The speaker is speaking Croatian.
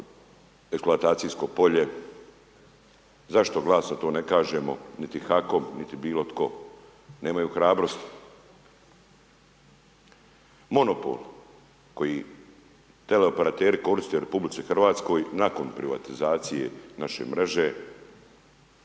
deklaracijsko polje, zašto glasno to ne kažemo niti HAKOM, niti bilo tko, nemaju hrabrosti. Monopol, koji teleoperateri koriste u RH nakon privatizacije naše mreže,